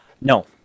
No